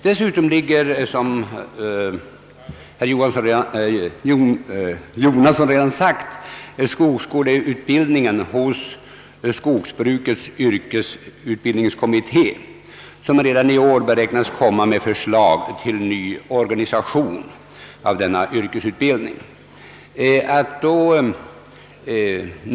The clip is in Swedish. Dessutom behandlas, som herr Jonasson redan sagt, skogsskoleutbildningen av skogsbrukets yrkesutbildningskommitté, som redan i år beräknas framlägga förslag till ny organisation av denna yrkesutbildning.